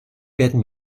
werden